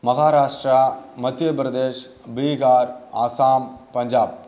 Maharashtra Madhya Pradesh Bihar Assam Punjab